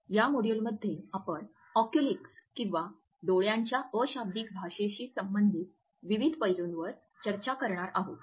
या मॉड्यूलमध्ये आपण ऑक्युलिक्स किंवा डोळ्यांच्या अशाब्दिक भाषेशी संबंधित विविध पैलूंवर चर्चा करणार आहोत